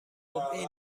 این